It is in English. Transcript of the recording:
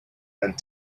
and